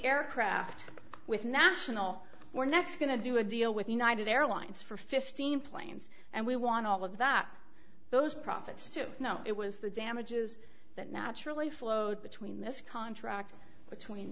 aircraft with national or next going to do a deal with united airlines for fifteen planes and we want all of that those profits to know it was the damages that naturally flowed between this contract between